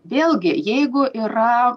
vėlgi jeigu yra